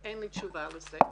אין לי תשובה לזה.